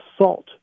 assault